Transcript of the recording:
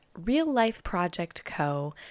reallifeprojectco